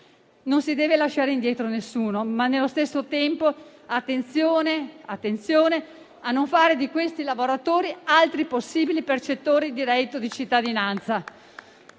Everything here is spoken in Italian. Non si deve lasciare indietro nessuno ma, nello stesso tempo, bisogna fare attenzione a non fare di questi lavoratori altri possibili percettori di reddito di cittadinanza.